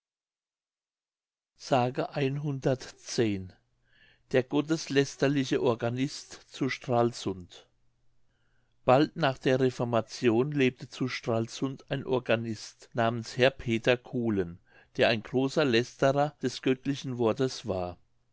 s der gotteslästerliche organist zu stralsund bald nach der reformation lebte zu stralsund ein organist namens herr peter kulen der ein großer lästerer des göttlichen wortes war